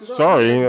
sorry